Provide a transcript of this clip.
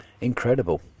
incredible